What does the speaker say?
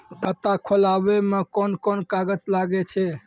खाता खोलावै मे कोन कोन कागज लागै छै?